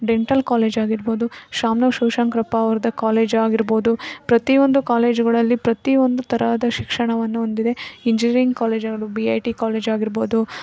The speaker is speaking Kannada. ಡೆಂಟಲ್ ಕಾಲೇಜ್ ಆಗಿರ್ಬೋದು ಶಾಮ್ನೂರು ಶಿವಶಂಕ್ರಪ್ಪ ಅವ್ರ್ದು ಕಾಲೇಜ್ ಆಗಿರ್ಬೋದು ಪ್ರತಿಯೊಂದು ಕಾಲೇಜುಗಳಲ್ಲಿ ಪ್ರತಿಯೊಂದು ತರಹದ ಶಿಕ್ಷಣವನ್ನು ಹೊಂದಿದೆ engineering college B I T college ಆಗಿರ್ಬೋದು